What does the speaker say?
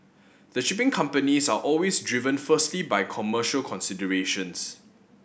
the shipping companies are always driven firstly by commercial considerations